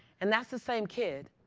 and that's the same kid